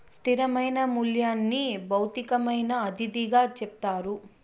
స్థిరమైన మూల్యంని భౌతికమైన అతిథిగా చెప్తారు